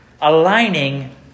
aligning